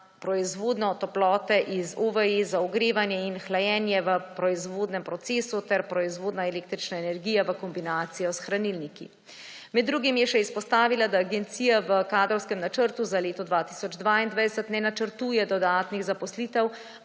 proizvodnjo toplote iz OVE za ogrevanje in hlajenje v proizvodnem procesu ter proizvodnja električne energije v kombinaciji s hranilniki. Med drugim je še izpostavila, da agencija v kadrovskem načrtu za leto 2022 ne načrtuje dodatnih zaposlitev,